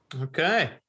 Okay